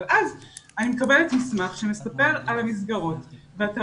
אבל אז אני מקבלת מסמך שמספר על המסגרות ואתה